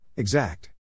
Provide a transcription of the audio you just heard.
Exact